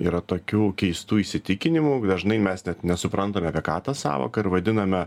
yra tokių keistų įsitikinimų dažnai mes net nesuprantam apie ką ta sąvoka ir vadiname